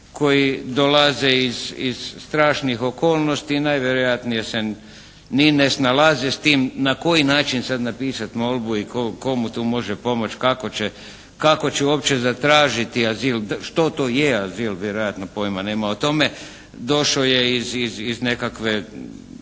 koji dolaze iz strašnih okolnosti i najvjerojatnije se ni ne snalaze s tim na koji način sad napisat molbu i tko mu tu može pomoć, kako će uopće zatražiti, što to je azil, vjerojatno pojma nema o tome. Došao je iz nekakve